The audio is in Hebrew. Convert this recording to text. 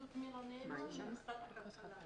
לודמילה ניימן, משרד הכלכלה.